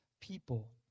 people